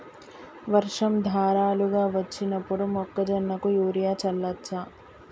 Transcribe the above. వర్షం ధారలుగా వచ్చినప్పుడు మొక్కజొన్న కు యూరియా చల్లచ్చా?